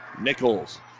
Nichols